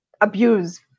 abuse